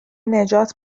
نجات